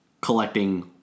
collecting